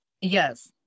Yes